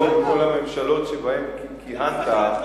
מדוע בכל הממשלות שבהן כיהנת,